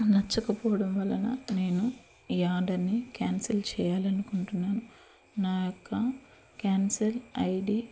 నచ్చకపోవడం వలన నేను ఈ ఆర్డర్ని క్యాన్సిల్ చేయాలి అనుకుంటున్నాను నా యొక్క క్యాన్సిల్ ఐడి